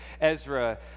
Ezra